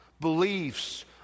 beliefs